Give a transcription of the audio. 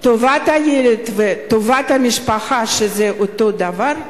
טובת הילד וטובת המשפחה, שזה אותו הדבר,